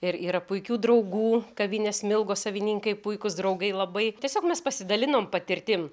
ir yra puikių draugų kavinės smilgos savininkai puikūs draugai labai tiesiog mes pasidalinom patirtim